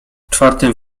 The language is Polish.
czwartym